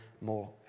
more